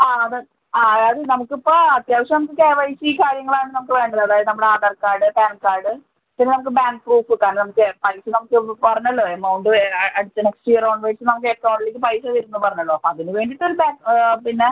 ആ അത് ആ അതായത് നമുക്ക് ഇപ്പോൾ ആ അത്യാവശ്യം നമുക്ക് കെ വൈ സി കാര്യങ്ങളാണ് നമുക്ക് വേണ്ടത് അതായത് നമ്മുടെ ആധാർ കാർഡ് പാൻ കാർഡ് പിന്നെ നമുക്ക് ബാങ്ക് പ്രൂഫ് കാരണം നമുക്ക് പൈസ നമുക്ക് ഈ ഒന്ന് പറഞ്ഞല്ലൊ എമൗണ്ട് അടുത്ത നെക്സ്റ്റ് ഇയർ ഓൺവേഡ്സ് നമുക്ക് അക്കൗണ്ടിലേക്ക് പൈസ വരും എന്ന് പറഞ്ഞല്ലൊ അപ്പം അതിന് വേണ്ടിയിട്ട് ഒരു പിന്നെ